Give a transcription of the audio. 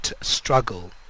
struggle